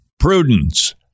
prudence